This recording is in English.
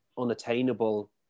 unattainable